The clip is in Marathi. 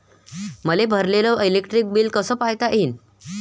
मले भरलेल इलेक्ट्रिक बिल कस पायता येईन?